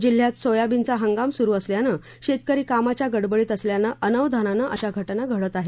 जिल्ह्यात सोयाबीनचा हंगाम सुरु असल्यानं शेतकरी कामाच्या गडबडीत असल्यानं अनावधानाने अशा घटना घडत आहेत